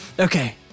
Okay